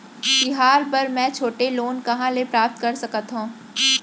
तिहार बर मै छोटे लोन कहाँ ले प्राप्त कर सकत हव?